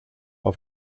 auf